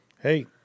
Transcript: Hey